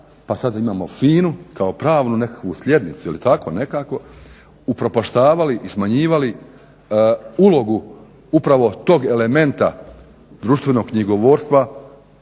pa sad imamo FINA-u kao pravnu nekakvu sljednicu ili tako nekako upropaštavali i smanjivali ulogu upravo tog elementa društvenog knjigovodstva